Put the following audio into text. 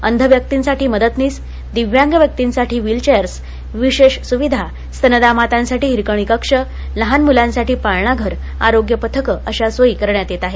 अंध व्यर्क्तींसाठी मदतनीस दिव्यांग व्यर्क्तींसाठी व्हीलचेअर्स विशेष सुविधा स्तनदा मातांसाठी हिरकणी कक्ष लहान मुलांसाठी पाळणाघर आरोग्यपथक अशा सोयी करण्यात येत आहेत